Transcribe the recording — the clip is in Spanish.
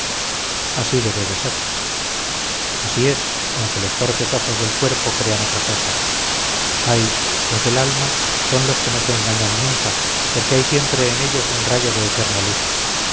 así debe de ser así es aunque los torpes ojos del cuerpo crean otra cosa ay los del alma son los que no se engañan nunca porque hay siempre en ellos un rayo de eterna luz